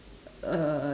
uh